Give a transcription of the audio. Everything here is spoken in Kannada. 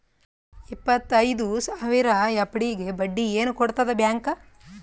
ಇಪ್ಪತ್ತೈದು ಸಾವಿರ ಎಫ್.ಡಿ ಗೆ ಬಡ್ಡಿ ಏನ ಕೊಡತದ ಬ್ಯಾಂಕ್?